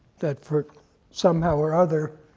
that for somehow or other,